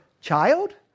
child